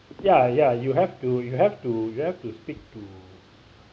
ya ya you have to you have to you have to speak to